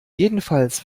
jedenfalls